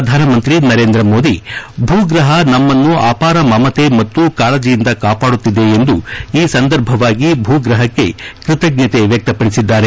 ಪ್ರಧಾನಮಂತ್ರಿ ನರೇಂದ್ರ ಮೋದಿ ಭೂಗ್ರಹ ನಮ್ಮನ್ನು ಅಪಾರ ಮಮತೆ ಮತ್ತು ಕಾಳಜೆಯಿಂದ ಕಾಪಾಡುತ್ತಿದೆ ಎಂದು ಈ ಸಂದರ್ಭವಾಗಿ ಭೂ ಗ್ರಹಕ್ಕೆ ಕೃತಜ್ಞತೆ ವ್ಯಕ್ತಪಡಿಸಿದ್ದಾರೆ